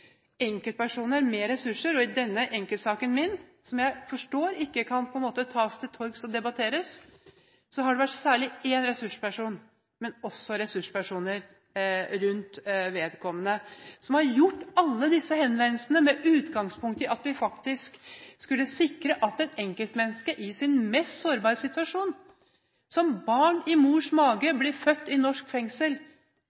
enkeltpersoner med ressurser, og i denne enkeltsaken min, som jeg på en måte forstår ikke kan føres til torgs og debatteres, har det vært særlig én ressursperson, men også ressurspersoner rundt vedkommende, som har gjort alle disse henvendelsene, med utgangspunkt i at vi skulle sikre et enkeltmenneske i den mest sårbare situasjon, et barn i mors mage,